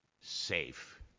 safe